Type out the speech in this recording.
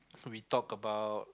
so we talk about